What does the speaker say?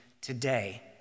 Today